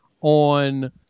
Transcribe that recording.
on